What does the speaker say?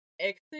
exit